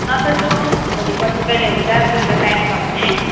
नत्र जाऔँ भोलि पर्सि कहिले हुन्छ तिम्रो टाइम छ भने